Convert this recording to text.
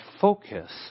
focus